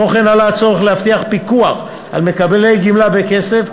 כמו כן עלה הצורך להבטיח פיקוח על מקבלי גמלה בכסף,